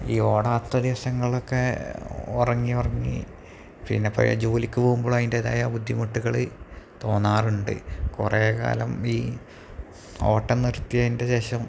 ഈ ഓടാത്ത ദിസങ്ങളിലൊക്ക ഉറങ്ങി ഉറങ്ങി പിന്നെപ്പഴും ജോലിക്ക് പോകുമ്പോഴതിൻ്റെതായ ബുദ്ധിമുട്ടുകള് തോന്നാറുണ്ട് കുറേക്കാലം ഈ ഓട്ടം നിർത്തിയതിൻ്റെ ശേഷം